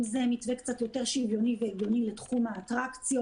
אם זה מתווה קצת יותר שוויוני והגיוני לתחום האטרקציות,